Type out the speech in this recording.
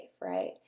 right